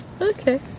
Okay